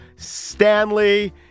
Stanley